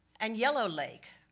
and yellow lake,